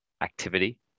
activity